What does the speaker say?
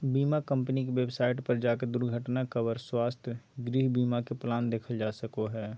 बीमा कम्पनी के वेबसाइट पर जाके दुर्घटना कवर, स्वास्थ्य, गृह बीमा के प्लान देखल जा सको हय